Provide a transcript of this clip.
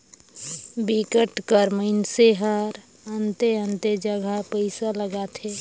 बिकट कर मइनसे हरअन्ते अन्ते जगहा पइसा लगाथे